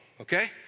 okay